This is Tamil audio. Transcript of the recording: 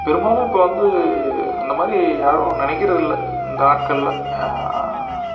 பெரும்பாலும் இப்போ வந்து அந்த மாதிரி யாரும் நினைக்கிறது இல்லை இந்த நாட்களில்